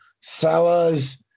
Sala's